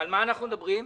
על מה אנחנו מדברים?